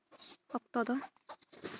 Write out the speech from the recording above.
ᱚᱠᱛᱚ ᱫᱚ